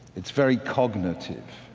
it's very cognitive.